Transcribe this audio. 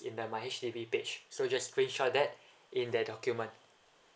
in the my H_D_B page so just screenshot that in their document